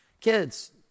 Kids